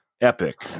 Epic